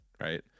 right